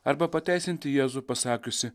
arba pateisinti jėzų pasakiusį